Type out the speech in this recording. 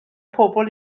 pobl